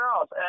else